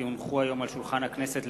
כי הונחו היום על שולחן הכנסת,